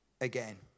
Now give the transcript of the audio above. again